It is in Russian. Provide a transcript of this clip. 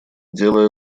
дело